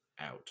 out